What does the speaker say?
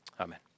Amen